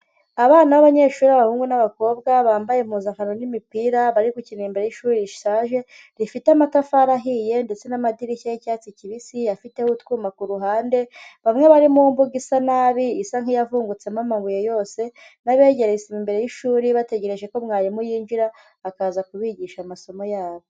Abana b'abanyeshuri b'abahungu n'abakobwa, bambaye impuzankano n'imipira, bari gukina imbere y'ishuri rishaje, rifite amatafari ahiye ndetse n'amadirishya y'icyatsi kibisi, afiteho utwuma ku ruhande bamwe bari mu mbuga isa nabi isa nk'iyavungutsemo amabuye yose na begereye imbere y'ishuri, bategereje ko mwarimu yinjira akaza kubigisha amasomo yabo.